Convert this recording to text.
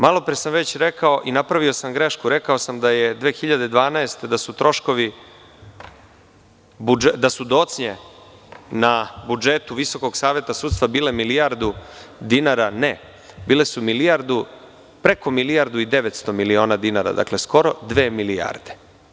Malopre sam rekao i napravio sam grešku, rekao sam da je 2012, da su docnje na budžetu Visokog saveta sudstva bile milijardu dinara, ne, bile su preko milijardu i devetsto miliona dinara, skoro dve milijarde.